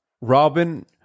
Robin